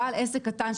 הוא בעל עסק קטן,